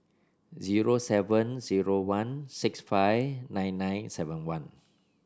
zero seven zero one six five nine nine seven one